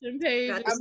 page